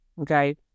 okay